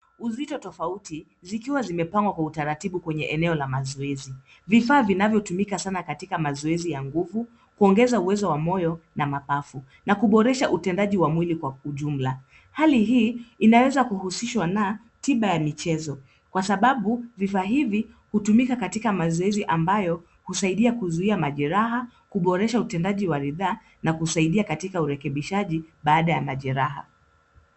Uzito tofauti, zikiwa zimepangwa kwa utaratibu kwenye eneo la mazoezi. Vifaa vinavyotumika sana katika mazoezi ya nguvu, kuongeza uwezo wa moyo, na mapafu, na kuboresha utendaji wa mwili kwa ujumla. Hali hii inaweza kuhusishwa na, tiba ya michezo. Kwa sababu, vifaa hivi hutumika katika mazoezi ambayo husaidia kuzuia majeraha, kuboresha utendaji wa ridhaa, na kusaidia katika urekebishaji, baada ya majeraha.